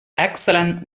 excellent